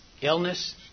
Illness